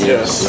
Yes